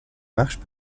marches